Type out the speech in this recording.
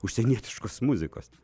užsienietiškos muzikos